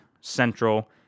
central